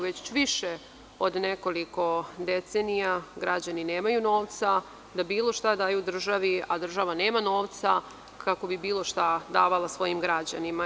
već više od nekoliko decenija građani nemaju novca da bilo šta daju državi, a država nema novca kako bi bilo šta davala svojim građanima.